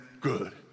good